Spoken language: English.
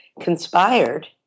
conspired